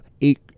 eight